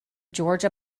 georgia